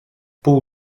pół